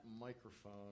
microphone